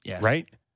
right